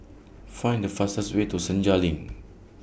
Find The fastest Way to Senja LINK